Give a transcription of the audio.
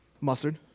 Mustard